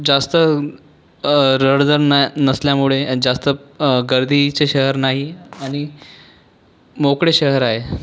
जास्त रडधड नाही नसल्यामुळे जास्त गर्दीचे शहर नाही आणि मोकळे शहर आहे